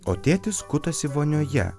o tėtis skutasi vonioje